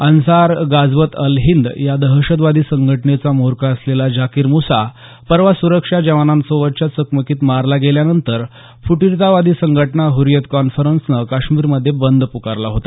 अन्सार घाझवत अल हींद या दहशतवादी संघटनेचा म्होरक्या असलेला जाकीर मुसा परवा सुरक्षा जवानांसोबतच्या चकमकीत मारला गेल्यानंतर फुटीरवादी संघटना हुरियत कॉन्फरंसनं काश्मीरनं बंद पुकारला होता